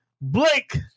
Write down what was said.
Blake